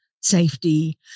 Safety